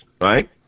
right